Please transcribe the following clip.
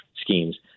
schemes